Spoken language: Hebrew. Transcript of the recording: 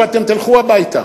ואתם תלכו הביתה.